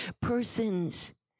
Persons